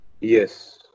yes